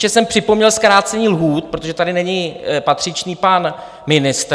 Ještě jsem připomněl zkrácení lhůt, protože tady není patřičný pan ministr.